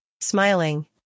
smiling